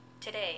today